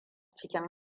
cikin